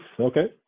Okay